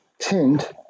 Tint